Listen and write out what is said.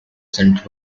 centre